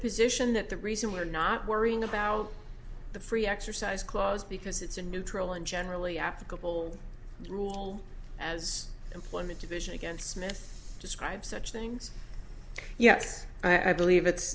position that the reason we're not worrying about the free exercise clause because it's a neutral and generally applicable rule as employment division against smith describes such things yes i believe it's